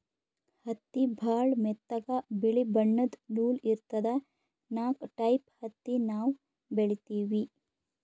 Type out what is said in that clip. ಹತ್ತಿ ಭಾಳ್ ಮೆತ್ತಗ ಬಿಳಿ ಬಣ್ಣದ್ ನೂಲ್ ಇರ್ತದ ನಾಕ್ ಟೈಪ್ ಹತ್ತಿ ನಾವ್ ಬೆಳಿತೀವಿ